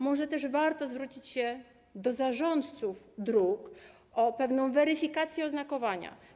Może też warto zwrócić się do zarządców dróg o pewną weryfikację oznakowania.